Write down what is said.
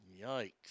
Yikes